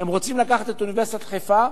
הם רוצים לקחת את אוניברסיטת חיפה,